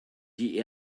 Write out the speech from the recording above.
die